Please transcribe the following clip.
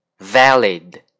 valid